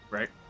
Right